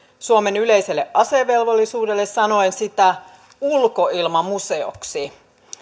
suomen yleiselle asevelvollisuudelle sanoen sitä ulkoilmamuseoksi